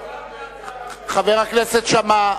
חבר הכנסת שאמה.